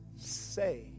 say